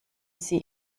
sie